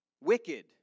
wicked